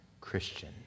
Christian